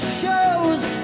shows